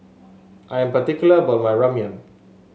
I am particular about my Ramyeon